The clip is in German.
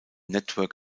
network